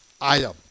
item